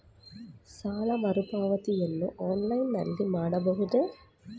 ಸಾಲ ಮರುಪಾವತಿಯನ್ನು ಆನ್ಲೈನ್ ನಲ್ಲಿ ಮಾಡಬಹುದೇ?